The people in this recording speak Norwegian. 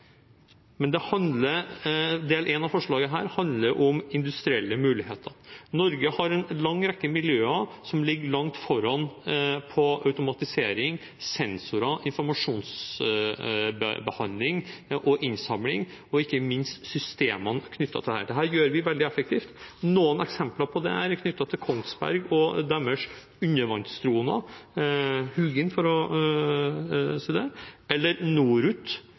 Men del 1 av forslaget her handler om industrielle muligheter. Norge har en lang rekke miljøer som ligger langt foran på automatisering, sensorer, informasjonsbehandling og innsamling, og ikke minst systemene knyttet til dette. Dette gjør vi veldig effektivt. Noen eksempler på dette er knyttet til Kongsberg og deres undervannsdroner, Hugin, eller til Norut, som opererer med flyvende droner, som er lokalisert både i Tromsø og Bodø, eller